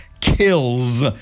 kills